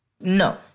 No